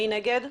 מי נגד?